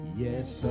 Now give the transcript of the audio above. yes